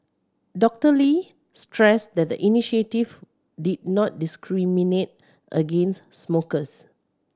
Doctor Lee stressed that the initiative did not discriminate against smokers